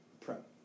prep